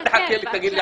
אל תחכה ותגיד,